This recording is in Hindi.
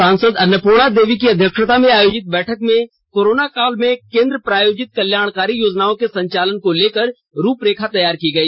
सांसद अन्नपूर्णा देवी की अध्यक्षता में आयोजित बैठक में कोरोना काल में केंद्र प्रायोजित कल्याणकारी योजनाओं के संचालन को लेकर रूपरेखा तैयार की गई